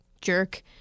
jerk